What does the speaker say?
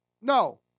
No